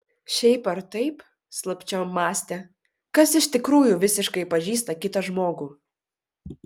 šiaip ar taip slapčiom mąstė kas iš tikrųjų visiškai pažįsta kitą žmogų